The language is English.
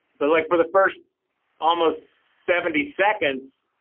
but like, for the first almost seventy seconds,